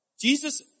Jesus